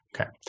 Okay